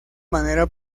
manera